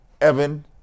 Evan